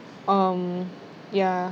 um ya